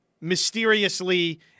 mysteriously